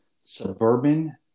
Suburban